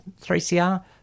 3CR